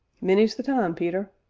many's the time, peter.